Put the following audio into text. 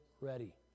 ready